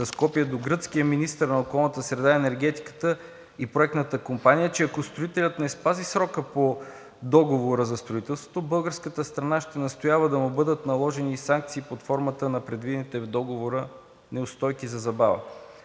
с копие до гръцкия министър на околната среда и енергетиката и проектната компания, че ако строителят не спази срока по договора за строителството, българската страна ще настоява да му бъдат наложени санкции под формата на предвидените в договора неустойки за забава.